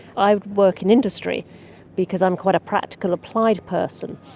i work in industry because i'm quite a practical, applied person,